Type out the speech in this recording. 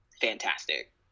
fantastic